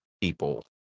people